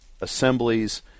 assemblies